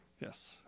yes